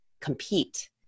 compete